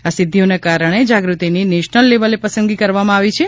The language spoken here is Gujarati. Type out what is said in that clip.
આ સિદ્ધિઓને કારણે જાગૃતિની નેશનલ લેવલે પસંદગી કરવામાં આવી છે